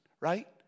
right